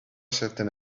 certain